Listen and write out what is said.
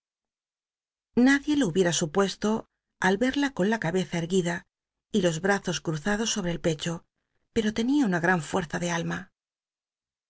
nadie lo hubiem supuesto al verla con la cabeza erguida y los brazos cruzados sobrc el pecho pcm tenia una gl'an fucrza de alma